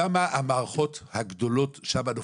שם המערכות גדולות, שם נופלים.